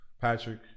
Patrick